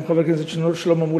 גם חבר הכנסת שלמה מולה,